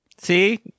See